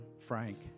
Frank